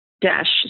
dash